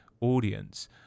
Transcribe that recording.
audience